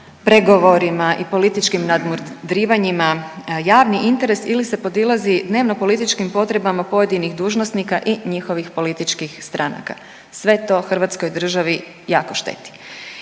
pregovorima i političkim nadmudrivanjima javni interes ili se podilazi dnevnopolitičkim potrebama pojedinih dužnosnika i njihovih političkih stranaka, sve to hrvatskoj državi jako šteti.